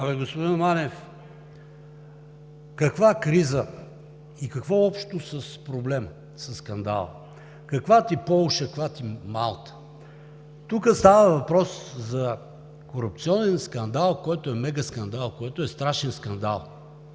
Абе, господин Манев, каква криза и какво общо с проблема, със скандала?! Каква ти Полша, каква ти Малта?! Тук става въпрос за корупционен скандал, който е мегаскандал, който е страшен скандал.